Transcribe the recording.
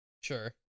Sure